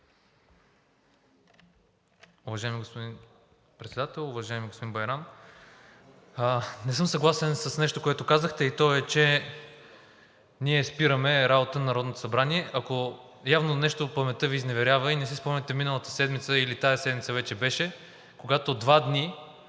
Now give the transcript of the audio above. Не съм съгласен с нещо, което казахте, и то е, че ние спираме работата на Народното събрание. Явно нещо паметта Ви изневерява и не си спомняте миналата седмица, или тази седмица вече беше, когато два дни